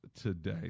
today